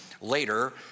later